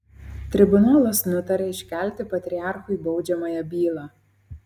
tribunolas nutaria iškelti patriarchui baudžiamąją bylą